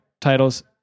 titles